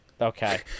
okay